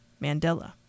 Mandela